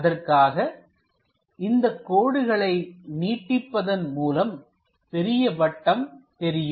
அதற்காக இந்தக் கோடுகளை நீட்டிப்பதன் மூலம் பெரிய வட்டம் தெரியும்